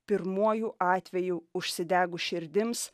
pirmuoju atveju užsidegus širdims